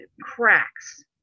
cracks